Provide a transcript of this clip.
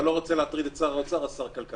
אם אתה לא רוצה להטריד את שר האוצר אז שר כלכלה.